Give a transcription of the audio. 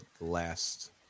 last